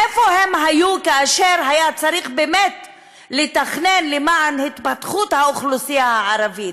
איפה הם היו כאשר היה צריך באמת לתכנן למען התפתחות האוכלוסייה הערבית,